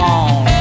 on